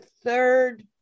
third